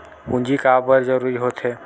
पूंजी का बार जरूरी हो थे?